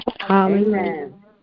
Amen